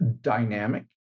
dynamic